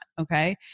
okay